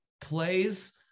plays